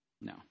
No